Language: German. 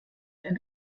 ein